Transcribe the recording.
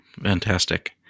Fantastic